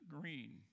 green